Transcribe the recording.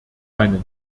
meinen